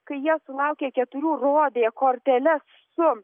kai jie sulaukė keturių rodė korteles su